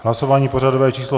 Hlasování pořadové číslo 150.